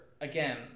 again